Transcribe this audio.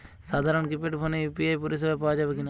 সাধারণ কিপেড ফোনে ইউ.পি.আই পরিসেবা পাওয়া যাবে কিনা?